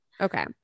Okay